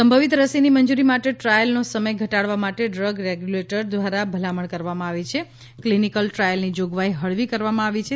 સંભવિત રસીની મંજૂરી માટે ટ્રાયલનો સમય ઘટાડવા માટે ડ્રગ રેગ્યુલેટર દ્વારા ભલામણ કરવામાં આવી છે કે ક્લિનિકલ ટ્રાયલની જોગવાઈ હળવી કરવામાં આવી છે